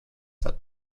hat